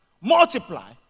multiply